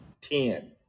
ten